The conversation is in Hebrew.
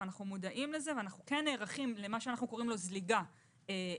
אנחנו מודעים לזה ואנחנו נערכים למה שאנחנו קוראים זליגה הלאה.